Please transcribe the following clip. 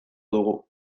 dugu